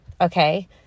Okay